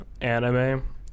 anime